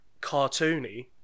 cartoony